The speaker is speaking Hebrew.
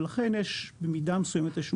ולכן יש מידה מסוימת.